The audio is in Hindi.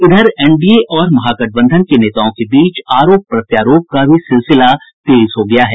इधर एनडीए और महागठबंधन के नेताओं के बीच आरोप प्रत्यारोप का भी सिलसिला तेज हो गया है